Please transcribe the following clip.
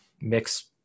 mix